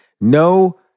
No